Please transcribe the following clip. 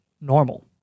normal